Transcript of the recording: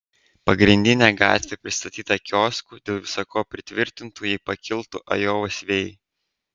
pagrindinė gatvė pristatyta kioskų dėl visa ko pritvirtintų jei pakiltų ajovos vėjai